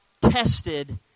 tested